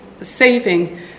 saving